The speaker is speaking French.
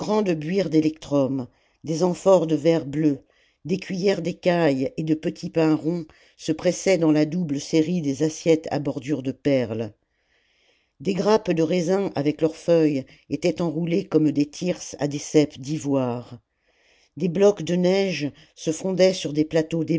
de grandes buires d'électrum des amphores de verre bleu des cuillers d'écaille et de petits pains ronds se pressaient dans la double série des assiettes à bordure de perles des grappes de raisin avec leurs feuilles étaient enroulées comme des thyrses à des ceps d'ivoire des blocs de neige se fondaient sur des plateaux